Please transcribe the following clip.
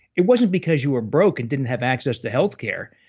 it wasn't because you were broke and didn't have access to healthcare.